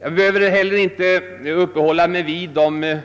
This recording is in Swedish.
Jag behöver inte heller uppehålla mig vid de